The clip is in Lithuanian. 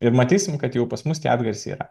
ir matysim kad jau pas mus tie atgarsiai yra